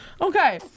Okay